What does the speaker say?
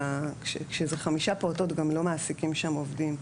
כשזה חמישה פעוטות גם לא מעסיקים שם עובדים,